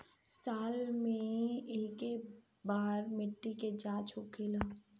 साल मे केए बार मिट्टी के जाँच होखेला?